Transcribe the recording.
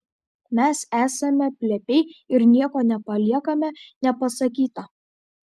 mes esame plepiai ir nieko nepaliekame nepasakyta